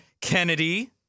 Kennedy